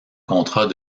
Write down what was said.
contrat